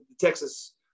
Texas